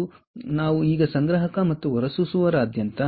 ಆದ್ದರಿಂದ ನಾವು ಈಗ ಸಂಗ್ರಾಹಕ ಮತ್ತು ಹೊರಸೂಸುವವರಾದ್ಯಂತ